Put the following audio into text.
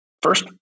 first